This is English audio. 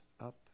up